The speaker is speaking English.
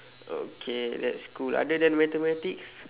okay that's cool other than mathematics